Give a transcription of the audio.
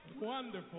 wonderful